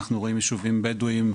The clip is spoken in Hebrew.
אנחנו רואים יישובים בדואיים,